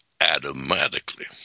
automatically